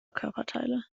körperteile